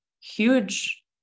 huge